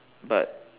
but